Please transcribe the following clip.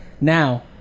now